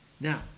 Now